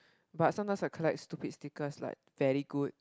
but sometimes I collect stupid stickers like very good